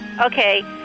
Okay